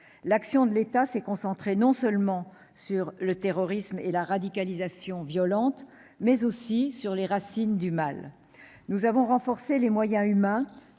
L'action de l'État s'est concentrée non seulement sur le terrorisme et la radicalisation violente, mais aussi sur les racines du mal. Nous avons renforcé les moyens humains,